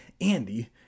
andy